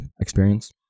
experience